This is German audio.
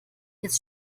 jetzt